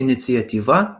iniciatyva